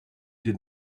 did